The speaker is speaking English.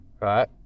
right